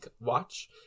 watch